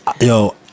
Yo